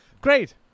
Great